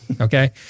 okay